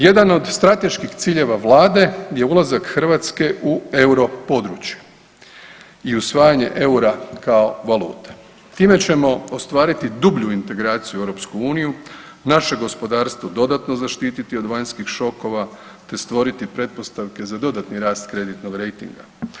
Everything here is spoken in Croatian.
Jedan od strateških ciljeva vlade je ulazak Hrvatske u euro područje i usvajanje eura kao valute, time ćemo ostvariti dublju integraciju u EU, naše gospodarstvo dodatno zaštititi od vanjskih šokova te stvoriti pretpostavke za dodatni rast kreditnoj rejtinga.